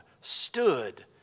stood